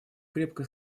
крепко